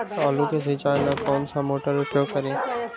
आलू के सिंचाई ला कौन मोटर उपयोग करी?